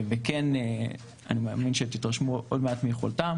וכן אני מאמין שתתרשמו עוד מעט מיכולתם